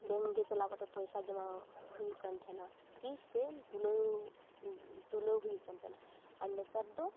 bank ᱨᱮ ᱪᱟᱞᱟᱣ ᱠᱟᱛᱮ ᱯᱚᱭᱥᱟ ᱡᱚᱢᱟ ᱦᱩᱭᱩᱜ ᱠᱟᱱ ᱛᱮᱦᱮᱱᱟ ᱠᱤ ᱥᱮᱢ ᱛᱩᱞᱟᱹᱣ ᱛᱩᱞᱟᱹᱣ ᱦᱩᱭᱩᱜ ᱠᱟᱱ ᱛᱮᱦᱮᱱᱟ ᱟᱨ ᱱᱮᱛᱟᱨᱫᱚ